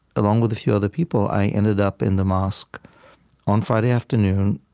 along with a few other people i ended up in the mosque on friday afternoon,